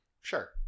Sure